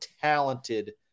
talented